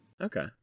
Okay